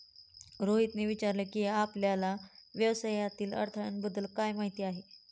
रोहितने विचारले की, आपल्याला व्यवसायातील अडथळ्यांबद्दल काय माहित आहे?